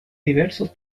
diversos